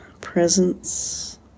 presence